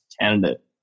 candidate